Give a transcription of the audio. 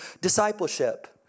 discipleship